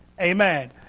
Amen